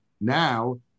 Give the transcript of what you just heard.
now